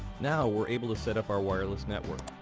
now we're able to set up our wireless network.